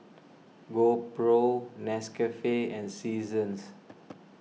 GoPro Nescafe and Seasons